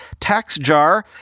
TaxJar